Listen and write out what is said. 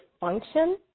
function